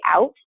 out